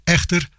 Echter